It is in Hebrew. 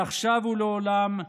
מעכשיו ולעולם,